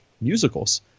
musicals